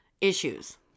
Issues